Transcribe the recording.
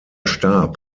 starb